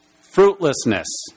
Fruitlessness